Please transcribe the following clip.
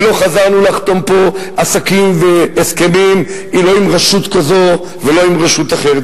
ולא חזרנו לחתום פה עסקים והסכמים לא עם רשות כזו ולא עם רשות אחרת.